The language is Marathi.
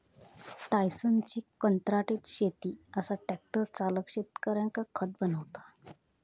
टायसनची कंत्राटी शेती असा ट्रॅक्टर चालक शेतकऱ्यांका खत बनवता